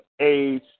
age